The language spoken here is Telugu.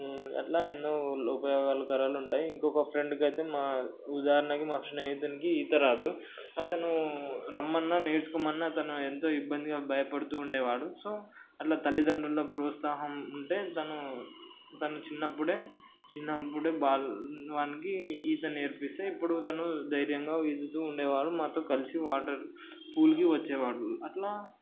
అట్లా ఎన్నో ఉపయోగాలు కరాలు ఉంటాయి ఇంకొక ఫ్రెండ్కి అయితే మా ఉదాహరణకి మా స్నేహితునికి ఈతరాదు అతను రమ్మన్నా నేర్చుకోమన్నా తను ఎంతో ఇబ్బందిగా భయపడుతూ ఉండేవాడు సో అట్లా తల్లిదండ్రుల ప్రోత్సాహం ఉంటే తను తను చిన్నప్పుడే చిన్నప్పుడే వానికి ఈత నేర్పిస్తే ఇప్పుడు తను ధైర్యంగా ఈదుతూ ఉండేవాడు మాతో కలిసి వాటర్ పూల్కి వచ్చేవాడు అట్లా